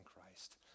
Christ